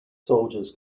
soldiers